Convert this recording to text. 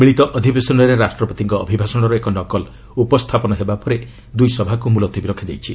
ମିଳିତ ଅଧିବେଶନରେ ରାଷ୍ଟ୍ରପତିଙ୍କ ଅଭିଭାଷଣର ଏକ ନକଲ ଉପସ୍ଥାପନ ହେବା ପରେ ଦୂଇ ସଭାକୁ ମୁଲତବି ରଖାଯାଇଛି